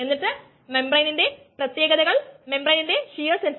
part A ഈ enzymatic ഡീഗ്രേഡേഷനായി Michaelis Menten പാരാമീറ്ററുകൾ നിർണ്ണയിക്കുക